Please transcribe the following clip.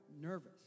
nervous